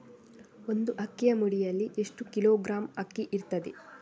ಒಂದು ಅಕ್ಕಿಯ ಮುಡಿಯಲ್ಲಿ ಎಷ್ಟು ಕಿಲೋಗ್ರಾಂ ಅಕ್ಕಿ ಇರ್ತದೆ?